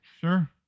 Sure